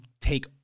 take